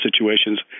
situations